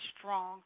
strong